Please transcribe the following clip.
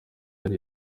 ari